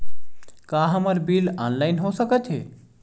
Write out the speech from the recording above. का हमर bill online हो सकत हे?